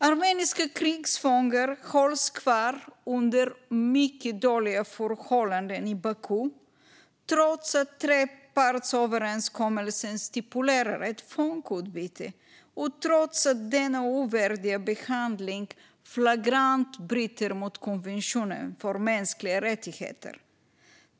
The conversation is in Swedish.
Armeniska krigsfångar hålls kvar i Baku under mycket dåliga förhållanden trots att trepartsöverenskommelsen stipulerar ett fångutbyte och trots att denna ovärdiga behandling flagrant bryter mot konventionen om mänskliga rättigheter.